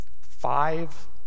Five